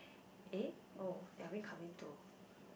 eh oh are we coming to